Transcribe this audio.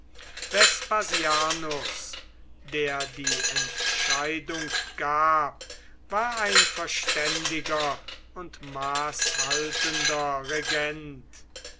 der die entscheidung gab war ein verständiger und maßhaltender regent